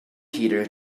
peter